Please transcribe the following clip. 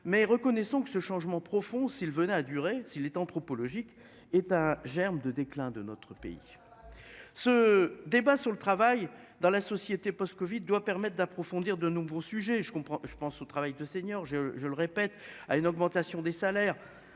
Mais reconnaissons que ce changement profond s'il venait à durer, s'il est anthropologique est un germe de déclin de notre pays. Ce débat sur le travail dans la société post-Covid doit permettre d'approfondir, de nouveau sujets je comprends je pense au travail de seniors, je, je le répète, à une augmentation des salaires.